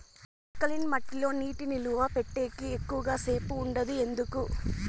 alkaline మట్టి లో నీటి నిలువ పెట్టేకి ఎక్కువగా సేపు ఉండదు ఎందుకు